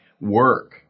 work